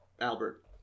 Albert